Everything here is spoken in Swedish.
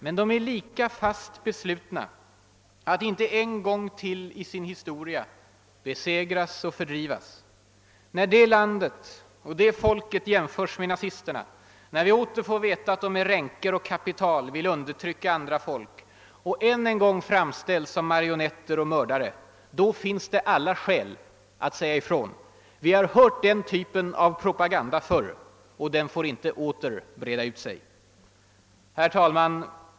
Men de är lika fast beslutna att inte en gång till i sin historia besegras och fördrivas. När det landet och det folket jämförs med nazisterna, när vi åter får veta att de med ränker och kapital vill undertrycka andra folk och än en gång framställs som marionetter och mördare så finns det alla skäl att säga ifrån. Vi har mött den typen av propaganda förr, och den får inte åter breda ut sig.